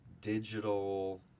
digital